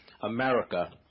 America